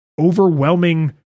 overwhelming